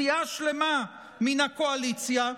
סיעה שלמה מן הקואליציה,